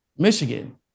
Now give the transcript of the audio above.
Michigan